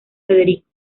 federico